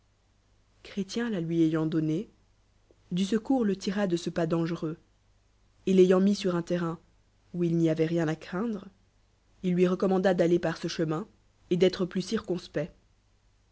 la lui ayant donnée du secoun le lira de ce pas dangerem et ayant mis sur un ternin où il n'y avoit rien à craindre il lui re commanda d'aller par ce cbeminj e d'être plus circonspect